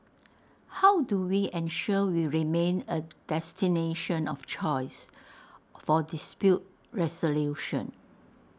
how do we ensure we remain A destination of choice for dispute resolution